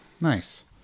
Nice